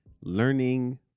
Learning